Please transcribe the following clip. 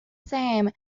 same